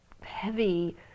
heavy